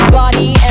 body